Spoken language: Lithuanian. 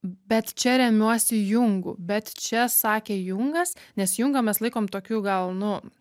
bet čia remiuosi jungu bet čia sakė jungas nes jungą mes laikom tokiu gal nu